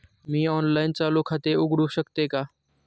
मी online चालू खाते उघडू शकते का?